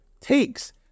Takes